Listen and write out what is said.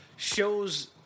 shows